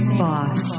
boss